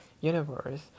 universe